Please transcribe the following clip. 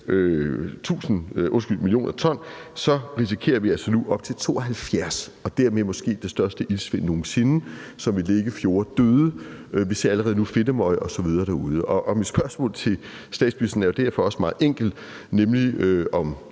58 millioner ton, risikerer vi altså nu op til 72 millioner ton og dermed måske det største iltsvind nogen sinde, som vil lægge fjorde døde. Vi ser allerede nu fedtemøg osv. derude. Mit spørgsmål til statsministeren er derfor også meget enkelt. Det